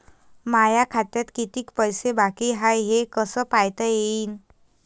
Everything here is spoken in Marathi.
माया खात्यात कितीक पैसे बाकी हाय हे कस पायता येईन?